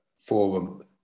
forum